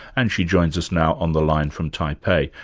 and she joins us now on the line from taipei.